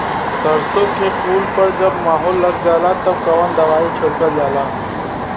सरसो के फूल पर जब माहो लग जाला तब कवन दवाई छिड़कल जाला?